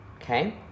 Okay